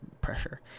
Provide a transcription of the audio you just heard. pressure